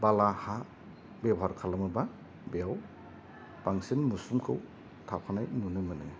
बाला हा बेबहार खालामोब्ला बेयाव बांसिन मोस्रोमखौ थाफानाय नुनो मोनो